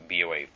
BOA